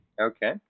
okay